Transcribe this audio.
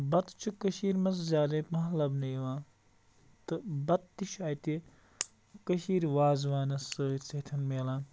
بَتہٕ چھُ کٔشیٖر منٛز زیادَے پَہَم لَبنہٕ یِوان تہٕ بَتہٕ تہِ چھُ اَتہِ کٔشیٖرِ وازوانَس سۭتۍ سۭتٮ۪ن میلان